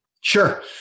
Sure